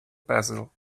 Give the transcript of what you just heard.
basil